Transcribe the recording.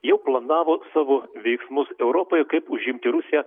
jau planavo savo veiksmus europoje kaip užimti rusiją